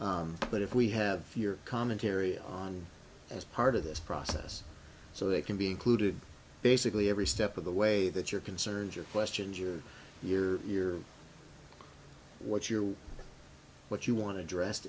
but if we have your commentary on as part of this process so they can be included basically every step of the way that your concerns your questions or your your what your what you want to address